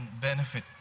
benefit